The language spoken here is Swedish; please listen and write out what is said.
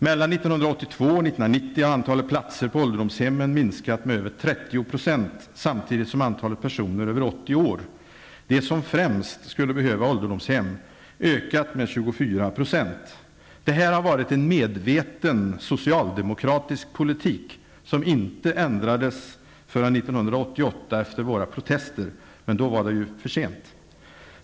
Mellan 1982 och 1990 minskade antalet platser på ålderdomshemmen med över 30 %, samtidigt som antalet personer över 80 år, de som främst skulle behöva plats på ålderdomshem, ökade med 24 %. Det har varit en medveten socialdemokratisk politik, som ändrades först efter våra protester 1988 -- och då var det för sent.